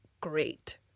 great